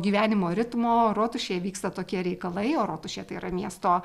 gyvenimo ritmo rotušėje vyksta tokie reikalai o rotušė tai yra miesto